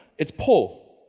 it's pull,